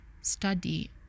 study